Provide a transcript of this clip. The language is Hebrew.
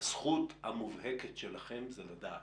הזכות המובהקת שלכם היא לדעת.